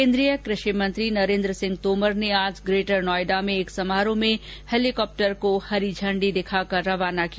केन्द्रीय कृषि मंत्री नरेन्द्र सिंह तोमर ने आज ग्रेटर नाऐडा में एक समारोह में हेलीकॉप्टर को हरी झंडी दिखाकर रवाना किया